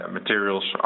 materials